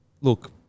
look